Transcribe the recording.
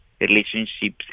relationships